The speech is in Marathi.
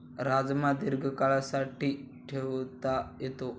राजमा दीर्घकाळासाठी ठेवता येतो